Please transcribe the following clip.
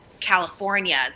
California